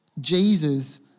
Jesus